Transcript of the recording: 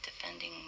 defending